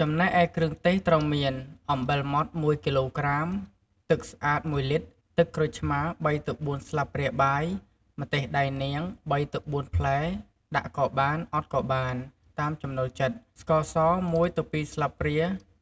ចំណែកឯ គ្រឿងទេសត្រូវមាន អំបិលម៉ដ្ឋ ១ គីឡូក្រាម ទឹកស្អាត ១ លីត្រ, ទឹកក្រូចឆ្មារ ៣ ទៅ ៤ ស្លាបព្រាបាយ, ម្ទេសដៃនាង ៣ ទៅ ៤ ផ្លែដាក់ក៏បាន អត់ក៏បាន តាមចំណូលចិត្ត, ស្ករស ១ ទៅ ២ ស្លាបព្រា,